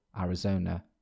Arizona